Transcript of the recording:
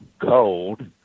cold